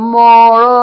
more